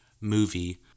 movie